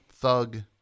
thug